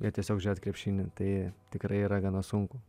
ir tiesiog žiūrėti krepšinį tai tikrai yra gana sunku